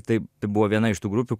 tai tai buvo viena iš tų grupių